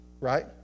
right